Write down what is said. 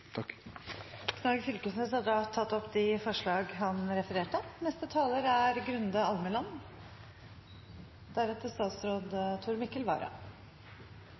Knag Fylkesnes har tatt opp de forslagene han refererte til. Jeg er